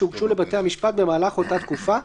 שהוגשו לבתי המשפט במהלך אותה תקופה.